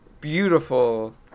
beautiful